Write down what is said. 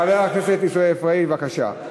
חבר הכנסת עיסאווי פריג', בבקשה.